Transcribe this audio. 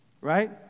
Right